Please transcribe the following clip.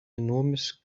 enormous